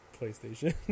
PlayStation